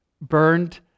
burned